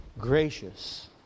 gracious